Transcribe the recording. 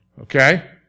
okay